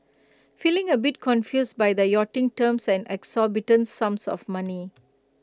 feeling A bit confused by the yachting terms and exorbitant sums of money